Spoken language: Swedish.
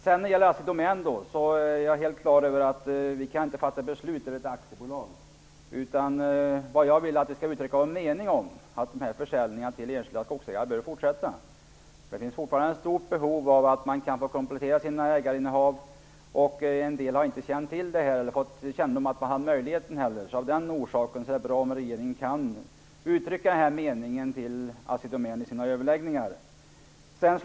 När det gäller Assi Domän är jag helt klar över att vi inte kan fatta beslut över ett aktiebolag. Jag vill att vi skall uttrycka vår mening om att försäljningarna till enskilda skogsägare bör fortsätta. Det finns fortfarande stora behov av att komplettera ägarinnehaven. En del har inte fått kännedom om att möjligheten finns. Av den orsaken är det bra om regeringen kan uttrycka detta till Assi Domän i överläggningarna.